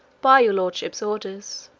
by your lordships' orders